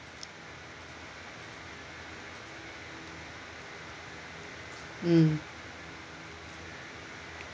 mm